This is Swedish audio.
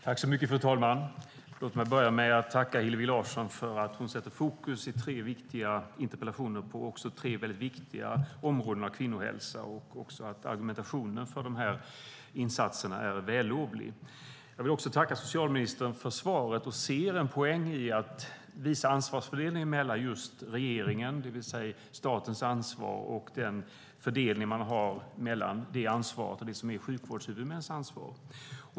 Fru talman! Låt mig börja med att tacka Hillevi Larsson för att hon i tre viktiga interpellationer sätter fokus på tre mycket viktiga områden av kvinnohälsa, och argumentationen för dessa insatser är vällovlig. Jag vill också tacka socialministern för svaret. Jag ser en poäng med ansvarsfördelningen mellan regeringen, det vill säga statens ansvar, och sjukvårdshuvudmännen.